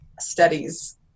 studies